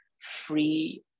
free